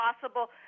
possible